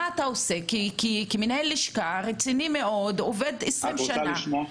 מה אתה עושה כמנהל לשכה רציני מאוד שעובד 20 שנה?